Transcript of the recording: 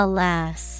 Alas